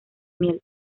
miel